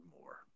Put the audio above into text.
more